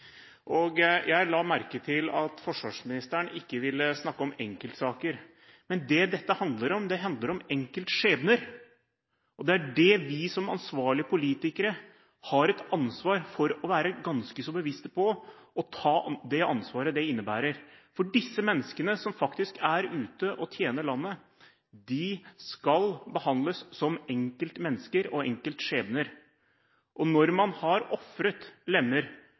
velferdssamfunnet. Jeg la merke til at forsvarsministeren ikke ville snakke om enkeltsaker, men det dette handler om, er enkeltskjebner. Og vi, som ansvarlige politikere, har et ansvar for å være ganske bevisste på å ta det ansvaret det innebærer. For disse menneskene som faktisk er ute og tjener landet, skal behandles som enkeltmennesker og som enkeltskjebner. Når noen har ofret lemmer